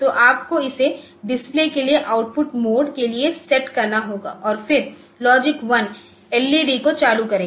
तो आपको इसे डिस्प्ले के लिए आउटपुट मोड के लिए सेट करना होगा और फिर लॉजिक 1 एलईडी को चालू करेगा